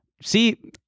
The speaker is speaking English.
see